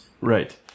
Right